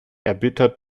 erbittert